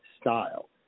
style